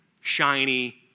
shiny